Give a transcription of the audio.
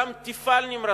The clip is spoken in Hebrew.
גם תפעל נמרצות,